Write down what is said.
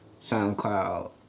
SoundCloud